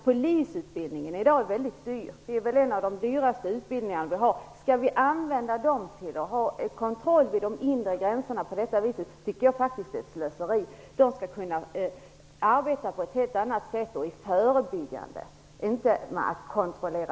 Polisutbildningen i dag är väldigt dyr, en av de dyraste utbildningar vi har. Att använda polisen till kontroll vid de inre gränserna på detta vis är ett slöseri. Polisen skall kunna arbeta på ett helt annat sätt, förebyggande, inte genom att kontrollera.